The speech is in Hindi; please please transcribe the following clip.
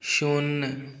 शून्य